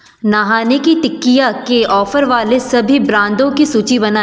नहाने की टिक्कियाँ के ऑफ़र वाले सभी ब्रांदो की सूची बनाएँ